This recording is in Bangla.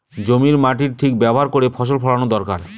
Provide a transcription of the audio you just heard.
জমির মাটির ঠিক ব্যবহার করে ফসল ফলানো দরকার